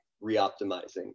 re-optimizing